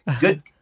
Good